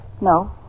No